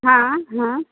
हँ हँ